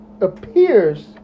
appears